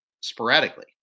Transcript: sporadically